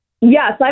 Yes